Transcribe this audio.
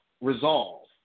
resolve